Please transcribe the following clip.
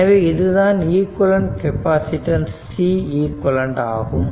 எனவே இதுதான் equivalent capacitance Ceq ஆகும்